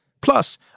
Plus